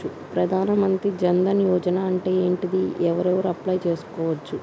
ప్రధాన మంత్రి జన్ ధన్ యోజన అంటే ఏంటిది? ఎవరెవరు అప్లయ్ చేస్కోవచ్చు?